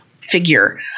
figure